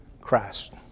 Christ